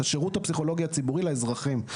את השירות הפסיכולוגי הציבורי לאזרחים.